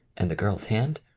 and the girl's hand?